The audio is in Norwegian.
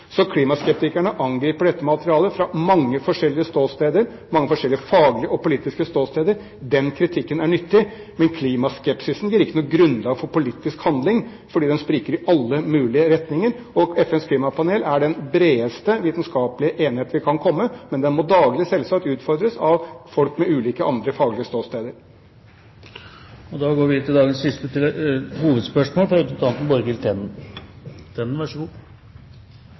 Så klimaskeptikerne angriper dette materialet fra mange forskjellige ståsteder, mange forskjellig faglige og politiske ståsteder. Den kritikken er nyttig, men klimaskepsisen gir ikke noe grunnlag for politisk handling, for den spriker i alle mulige retninger. FNs klimapanel er den bredeste, vitenskapelige enighet vi kan komme til, men den må selvsagt daglig utfordres av folk med ulike andre faglige ståsteder. Da går vi til dagens siste hovedspørsmål – Borghild Tenden. Mitt spørsmål går til